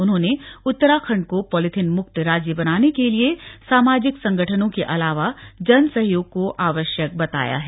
उन्होंने उत्तराखण्ड को पॉलीथीन मुक्त राज्य बनाने के लिए सामाजिक संगठनों के अलावा जन सहयोग को आवश्यक बताया है